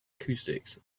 acoustics